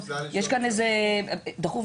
כאילו פתאום יש כאן איזה דחוף,